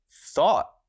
thought